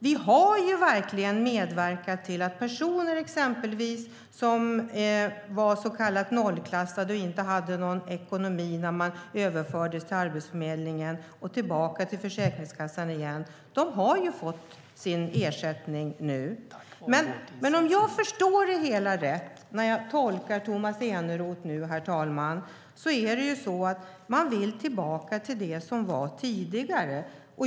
Vi har verkligen medverkat till att exempelvis personer som var så kallat nollklassade och inte hade någon ekonomi när de överfördes till Arbetsförmedlingen och tillbaka till Försäkringskassan igen nu har fått sin ersättning. Om jag tolkar Tomas Eneroth rätt, herr talman, vill man tillbaka till hur det var tidigare.